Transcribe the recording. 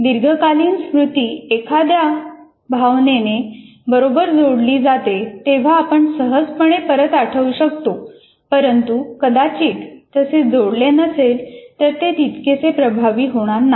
दीर्घकालीन स्मृती एखाद्या भावनेने बरोबर जोडली जाते तेव्हा आपण सहजपणे परत आठवू शकतो परंतु कदाचित तसे जोडले नसेल तर ते तितकेसे प्रभावी होणार नाही